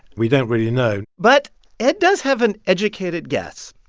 we don't really know but ed does have an educated guess.